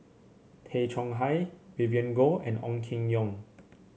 Tay Chong Hai Vivien Goh and Ong Keng Yong